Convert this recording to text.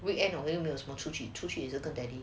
weekend 我都没有出去出去这个 daddy